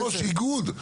אני לא יושב ראש איגוד.